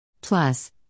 Plus